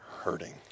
hurting